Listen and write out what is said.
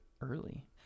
early